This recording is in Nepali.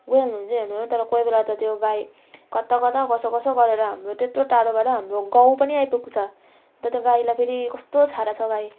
गइहाल्नु हुन्छ हेर्नु तर कोही बेला त त्यो गाई कता कता कसो कसो गरेर हाम्रो त्यत्रो टाडोबाट हाम्रो गाउँ पनि आइपुग्छ त्यता गाईलाई फेरि कस्तो छाडा छ गाई